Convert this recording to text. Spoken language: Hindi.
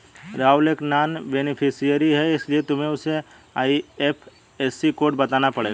राहुल एक नॉन बेनिफिशियरी है इसीलिए तुम्हें उसे आई.एफ.एस.सी कोड बताना पड़ेगा